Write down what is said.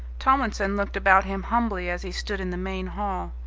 tomlinson looked about him humbly as he stood in the main hall.